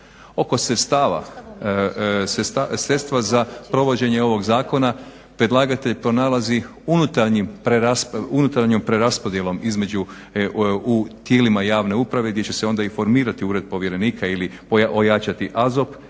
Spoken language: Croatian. sredstva za provođenje ovog zakona predlagatelj pronalazi unutarnjom preraspodjelom između, u tijelima javne uprave gdje će se onda i formirati ured povjerenika ili ojačati AZOP,